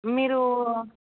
మీరూ